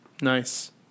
Nice